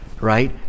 right